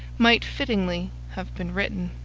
might fittingly have been written.